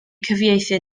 cyfieithu